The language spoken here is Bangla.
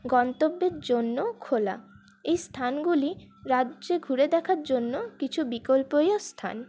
গন্তব্যের জন্য খোলা এই স্থানগুলি রাজ্যে ঘুরে দেখার জন্য কিছু বিকল্পনীয় স্থান